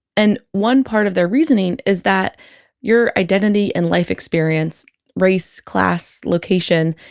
and one part of their reasoning is that your identity and life experience race, class, location,